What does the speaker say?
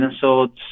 swords